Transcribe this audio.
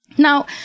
Now